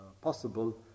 possible